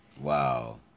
Wow